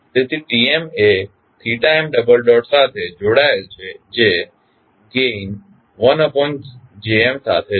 તેથી Tm એ m સાથે જોડાયેલ છે જે ગેઇન 1Jm સાથે છે